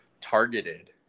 targeted